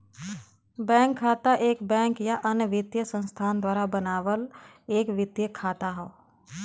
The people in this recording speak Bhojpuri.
बैंक खाता एक बैंक या अन्य वित्तीय संस्थान द्वारा बनावल एक वित्तीय खाता हौ